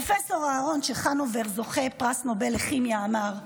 פרופ' אהרן צ'חנובר, זוכה פרס נובל לכימיה, אמר: